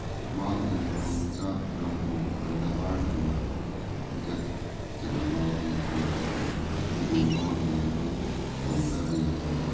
ꯃꯍꯥꯛꯅ ꯅꯤꯡꯊꯧ ꯃꯆꯥ ꯈꯨꯔꯝꯕꯨ ꯀꯟꯙꯥꯍꯥꯔ ꯇꯝꯅ ꯈꯣꯡꯆꯠ ꯆꯠꯅꯕ ꯌꯥꯊꯪ ꯄꯤꯈꯤ ꯑꯗꯨꯕꯨ ꯃꯍꯥꯛꯅ ꯃꯗꯨ ꯇꯧ ꯍꯥꯏꯕ ꯌꯥꯈꯤꯗꯦ